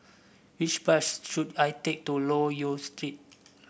which bus should I take to Loke Yew Street